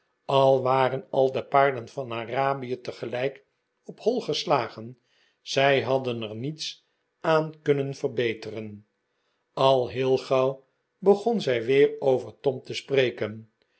al waren al de paarden van arable tegelijk op hoi gestagen zij hadden er niets aan kunnen verbeteren al heel gauw begon zij weer over tom te spreken